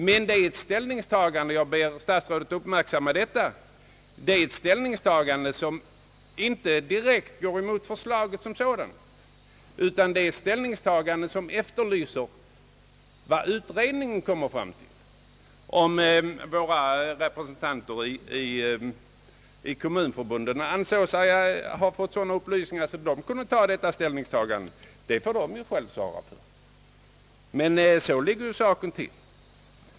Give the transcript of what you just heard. Det är emellertid ett ställningstagande — jag ber statsrådet Palme uppmärksamma detta — som inte direkt går emot förslaget som sådant, men som efterlyser vad utredningen kommer fram till. Om våra representanter i Kommunförbundet anser sig ha fått sådana upplysningar att de kan ta ställning, så får de själva svara för det. Så ligger saken till.